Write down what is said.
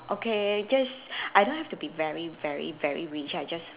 okay just I don't have to be very very very rich I just